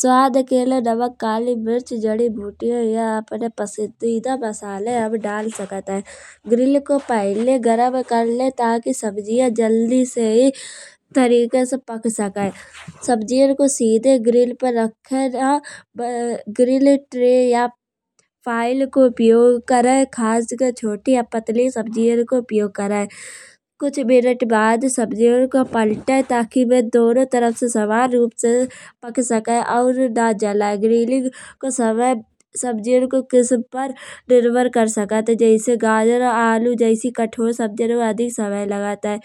स्वाद के एलाए नमक काली मिर्च जड़ी बूटीया या अपनी पसंदीदा मसाले हम डाल सकत है। ग्रिल को पहिले गरम कर ले ताकि सब्जियं जल्दी से तरीके से पक सके। सब्जियन को सीधे ग्रिल पे रखाए ना ग्रिल ट्रे या फाइल को उपयोग कराए। खासकर च्चोटी या पतली सब्जियन को उपयोग करे। कुछ मिनट बाद सब्जियन का पलटाए ताकि वे दोनों तरफ से समान रूप से पक सके। और ना जलाए। ग्रिलिंग को समय सब्जियन को कस पर निर्भर कर सकत। जैसे गाजर आलू जैसी कठोर सब्जियन्न में अधिक समय लगत है।